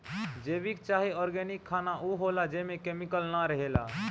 जैविक चाहे ऑर्गेनिक खाना उ होला जेमे केमिकल ना रहेला